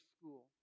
school